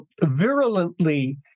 virulently